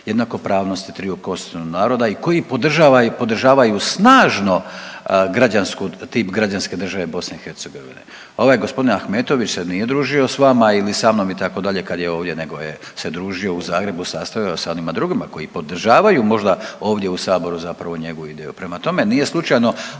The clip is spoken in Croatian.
jednakopravnosti triju konstitutivnih naroda i koji podržava i podržavaju snažno građansku, tip građanske države BiH. Ovaj gospodin Ahmetović se nije družio s vama ili sa mnom itd. kad je ovdje nego je se družio u Zagrebu i sastajao sa onima drugima koji podržavaju možda ovdje u saboru zapravo njegovu ideju. Prema tome, nije slučajno